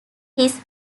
his